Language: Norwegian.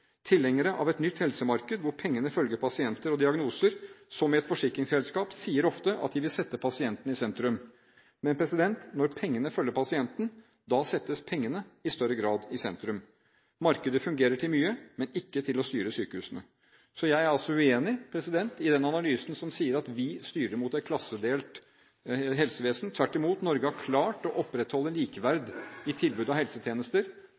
Tilhengere av et nytt helsemarked – hvor pengene følger pasienter og diagnoser, som i et forsikringsselskap – sier ofte at de vil sette pasienten i sentrum. Men når pengene følger pasienten, settes pengene i større grad i sentrum. Markedet fungerer til mye, men ikke til å styre sykehusene. Jeg er uenig i den analysen som sier at vi styrer mot et klassedelt helsevesen. Tvert imot, Norge har klart å opprettholde et likeverd i tilbud av helsetjenester.